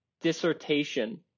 dissertation